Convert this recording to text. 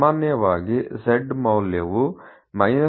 ಸಾಮಾನ್ಯವಾಗಿ z ಮೌಲ್ಯವು 3